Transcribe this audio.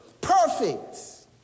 Perfect